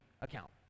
account